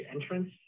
entrance